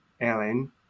Ellen